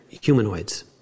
humanoids